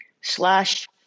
slash